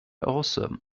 awesome